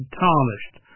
tarnished